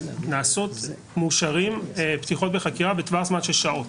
נעשות ומאושרים פתיחות בחקירה בטווח זמן של שעות.